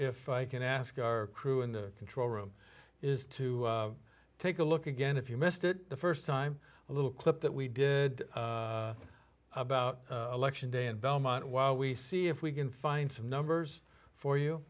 if i can ask our crew in the control room is to take a look again if you missed it the first time a little clip that we did about election day in belmont while we see if we can find some numbers for you